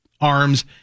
arms